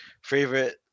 favorite